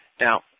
Now